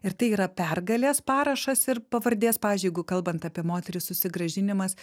ir tai yra pergalės parašas ir pavardės pavyzdžiui jeigu kalbant apie moterį susigrąžinimas